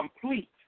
complete